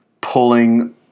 pulling